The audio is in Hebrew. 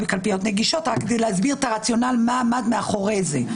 בקלפיות נגישות רק כדי להסביר איזה רציונל עמד מאחורי זה.